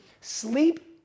Sleep